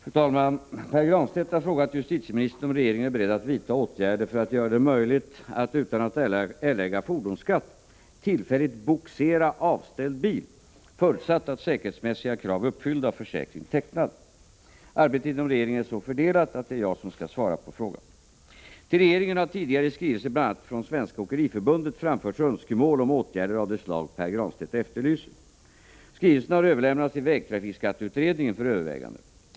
Fru talman! Pär Granstedt har frågat justitieministern om regeringen är beredd att vidta åtgärder för att göra det möjligt att, utan att erlägga fordonsskatt, tillfälligt bogsera avställd bil, förutsatt att säkerhetsmässiga krav är uppfyllda och försäkring tecknad. Arbetet inom regeringen är så fördelat att det är jag som skall svara på frågan. Till regeringen har tidigare i skrivelser bl.a. från Svenska åkeriförbundet framförts önskemål om åtgärder av det slag Pär Granstedt efterlyser. Skrivelserna har överlämnats till vägtrafikskatteutredningen för övervägande.